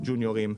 ג'וניורים,